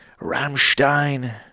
Rammstein